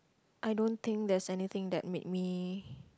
I don't think there is anything that make me